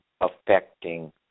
affecting